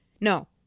No